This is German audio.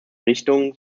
richtungen